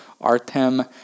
Artem